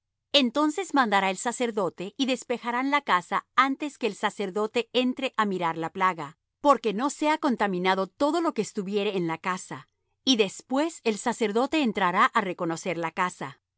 entonces mandará el sacerdote y despejarán la casa antes que el sacerdote entre á mirar la plaga por que no sea contaminado todo lo que estuviere en la casa y después el sacerdote entrará á reconocer la casa